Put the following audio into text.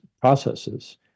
processes